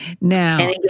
Now